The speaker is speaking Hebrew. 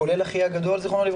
כולל אחי הגדול ז"ל,